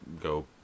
go